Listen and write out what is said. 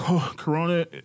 corona